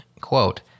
quote